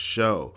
Show